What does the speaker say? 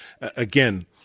again